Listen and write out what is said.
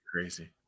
crazy